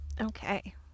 Okay